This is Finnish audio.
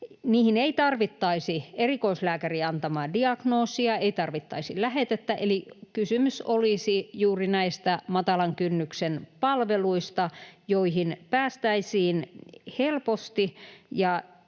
Niihin ei tarvittaisi erikoislääkärin antamaa diagnoosia, ei tarvittaisi lähetettä, eli kysymys olisi juuri näistä matalan kynnyksen palveluista, joihin päästäisiin helposti,